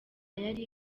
yari